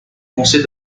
conseil